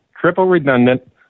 triple-redundant